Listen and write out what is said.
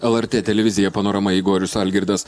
lrt televizija panorama igorius algirdas